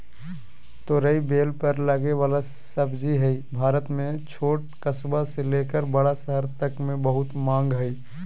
तोरई बेल पर लगे वला सब्जी हई, भारत में छोट कस्बा से लेकर बड़ा शहर तक मे बहुत मांग हई